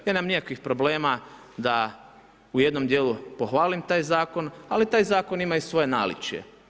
Ja nemam nikakvih problema da u jednom dijelu pohvalim taj Zakon, ali taj Zakon ima i svoje naličje.